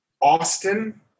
Austin